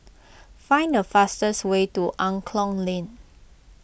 find the fastest way to Angklong Lane